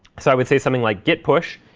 so i would say something like git push,